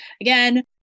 again